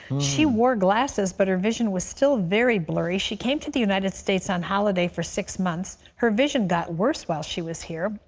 she wore glasses but her vision was still very blurry. she came to the united states on holiday for six months and her vision got worse while she was here.